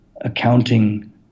accounting